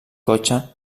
cotxe